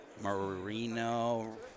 Marino